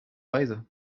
weise